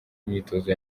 imyitozo